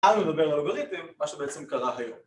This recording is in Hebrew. אהלן מדובר על אלגוריתם, מה שבעצם קרה היום